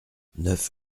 neuf